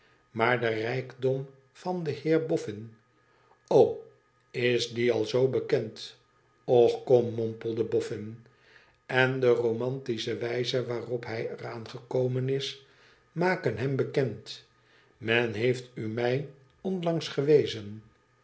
maar de rijkdom van den heer boffin is die al zoo bekend och kom mompelde boffin n de romantische wijze waarop hij er aan gekomen is maken hem bekend men heeft u mij onlangs gewezen